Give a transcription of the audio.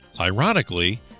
ironically